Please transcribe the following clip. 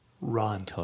run